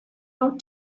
out